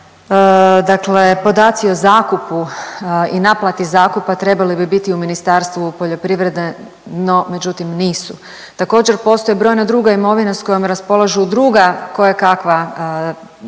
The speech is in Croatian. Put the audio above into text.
dakle podaci o zakupu i naplati zakupa trebali bi biti u Ministarstvu poljoprivrede, no međutim nisu. Također postoji i brojna druga imovina s kojom raspolažu druga kojekakva tijela